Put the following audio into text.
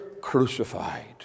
crucified